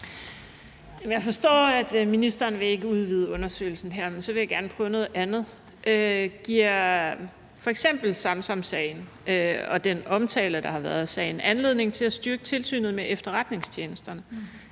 Jeg forstår, at ministeren ikke vil udvide undersøgelsen her, men så vil jeg gerne prøve at spørge om noget andet. Giver f.eks. Samsam-sagen og den omtale, der har været af sagen, anledning til at styrke Tilsynet med Efterretningstjenesterne?